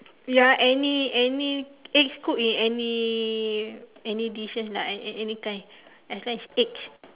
ya any any eggs cook in any any dishes lah in any kind as long is eggs